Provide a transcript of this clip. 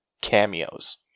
cameos